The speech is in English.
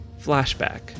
flashback